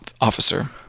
Officer